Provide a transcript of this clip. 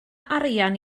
arian